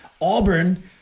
Auburn